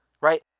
right